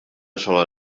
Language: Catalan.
sola